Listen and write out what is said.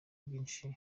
byinshi